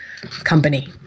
company